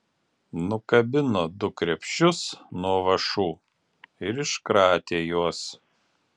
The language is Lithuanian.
nukabino du krepšius nuo vąšų ir iškratė juos